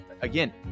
again